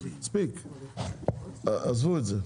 מספיק, עזבו את זה.